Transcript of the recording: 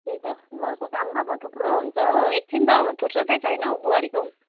त्यही त घरको काम अब थुप्रो हुन्छ हो एक छिन त फुर्सदै छैन हो बुहारीको पनि